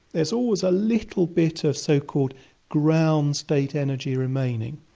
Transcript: there's always a little bit of so-called ground state energy remaining.